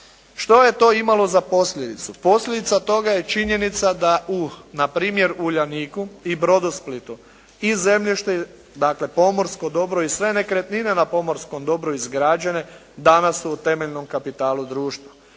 Što je to imalo za posljedicu? Posljedica toga je činjenica da u npr. Uljaniku i Brodosplitu i zemljište dakle pomorsko dobro i sve nekretnine na pomorskom dobru izgrađene danas su u temeljnom kapitalu društva.